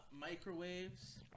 microwaves